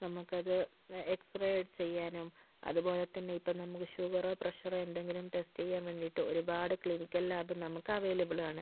നമുക്ക് അത് എക്സ്റേ ചെയ്യാനും അതുപോലെ തന്നെ ഇപ്പോൾ നമുക്ക് ഷുഗറോ പ്രഷറോ എന്തെങ്കിലും ടെസ്റ്റ് ചെയ്യാൻ വേണ്ടിട്ട് ഒരുപാട് ക്ലിനിക്കൽ ലാബ് നമുക്ക് അവൈലബിൾ ആണ്